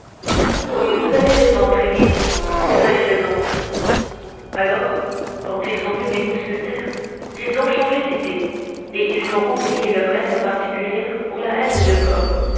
oui vous avez raison tréville vous avez raison alors quand ils ont vu mes mousquetaires ils ont changé d'idée et ils ont oublié leur haine particulière pour la haine de corps